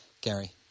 Gary